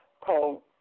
called